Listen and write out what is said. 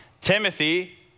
Timothy